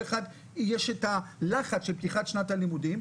יש את הלחץ של פתיחת שנת הלימודים,